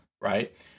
right